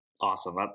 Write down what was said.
awesome